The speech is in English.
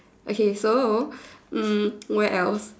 okay so um where else